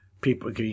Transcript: People